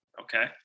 Okay